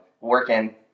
working